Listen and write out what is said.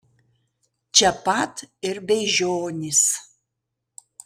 čia pat ir beižionys